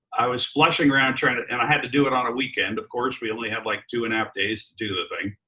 i was flushing around trying to, and i had to do it on a weekend. of course, we only had like two and a half days to do the thing.